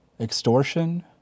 extortion